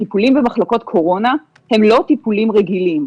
טיפולים במחלקות קורונה, הם לא טיפולים רגילים.